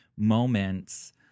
moments